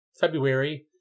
February